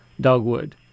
dogwood